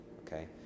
Okay